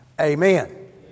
amen